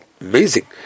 Amazing